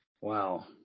Wow